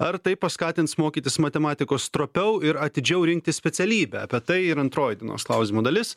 ar tai paskatins mokytis matematikos stropiau ir atidžiau rinktis specialybę apie tai yra antroji dienos klauzimo dalis